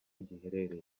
giherereye